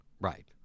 Right